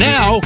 Now